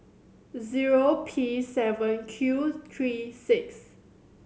zero P seven Q three six